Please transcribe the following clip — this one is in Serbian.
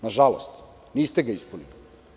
Nažalost, niste ga ispunili.